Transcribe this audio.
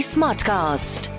Smartcast